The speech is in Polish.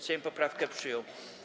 Sejm poprawkę przyjął.